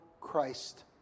Christ